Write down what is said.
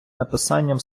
написанням